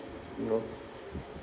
you know